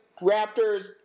Raptors